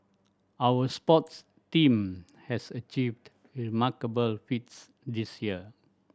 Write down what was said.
our sports team has achieved remarkable feats this year